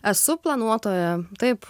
esu planuotoja taip